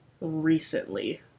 Recently